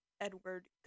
Edward